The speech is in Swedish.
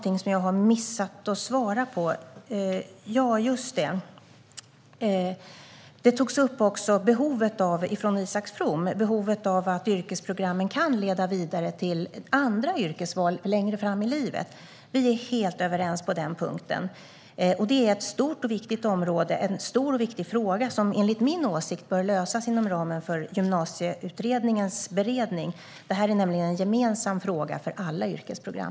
Isak From tog upp behovet av att yrkesprogrammen kan leda vidare till andra yrkesval längre fram i livet. Vi är helt överens på den punkten. Det är ett stort och viktigt område, en stor och viktig fråga, som enligt min åsikt bör lösas inom ramen för Gymnasieutredningens beredning. Det här är nämligen en gemensam fråga för alla yrkesprogram.